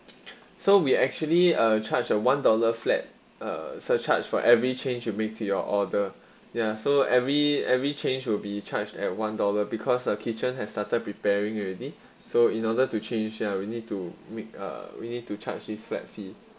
so we actually uh charge a one dollar flat uh surcharged for every change you make to your order ya so every every change will be charged at one dollar because uh kitchen has started preparing it already so in order to change yeah we need to make uh we need to charge this flat fee